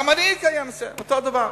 גם אני אקיים את זה, אותו הדבר.